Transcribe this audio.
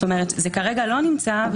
זה כרגע לא נמצא,